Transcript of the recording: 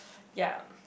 ya